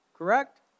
Correct